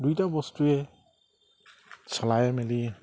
দুইটা বস্তুৱে চলাই মেলি